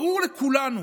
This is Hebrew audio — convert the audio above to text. ברור לכולנו